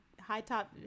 high-top